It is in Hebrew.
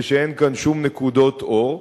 ואין כאן שום נקודות אור,